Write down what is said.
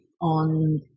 on